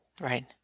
Right